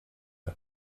hat